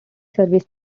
service